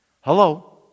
Hello